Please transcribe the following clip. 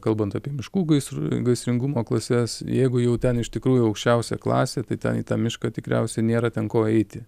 kalbant apie miškų gaisrų gaisringumo klases jeigu jau ten iš tikrųjų aukščiausia klasė tai ten į tą mišką tikriausiai nėra ten ko eiti